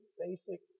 basic